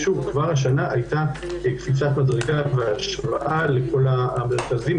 כבר השנה הייתה קפיצת מדרגה בהשוואה לכל המרכזים,